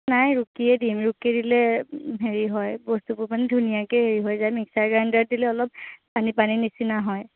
নাই ৰোকিয়ে দিম ৰোকি দিলে হেৰি হয় বস্তুটো মানে ধুনীয়াকৈ হেৰি হৈ যায় মিক্সাৰ গ্ৰাইণ্ডাৰত দিলে অলপ পানী পানী নিচিনা হয়